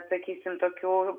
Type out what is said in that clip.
sakysim tokių